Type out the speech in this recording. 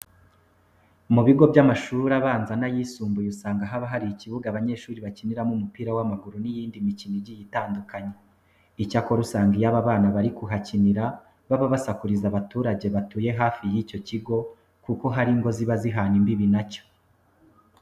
Mu bigo by'amashuri abanza n'ayisumbuye usanga haba hari ikibuga abanyeshuri bakiniramo umupira w'amaguru n'iyindi mikino igiye itandukanye. Icyakora usanga iyo aba bana bari kuhakinira baba basakuriza abaturage batuye hafi y'icyo kigo, kuko hari ingo ziba zihana imbibi na cyo.